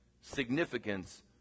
Significance